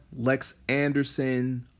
LexAnderson